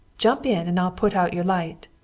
jump in and i'll put out your light.